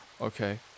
okay